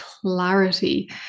clarity